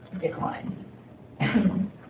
decline